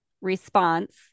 response